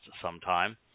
sometime